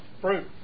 Fruit